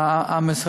מנסה,